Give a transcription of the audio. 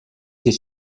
des